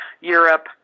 Europe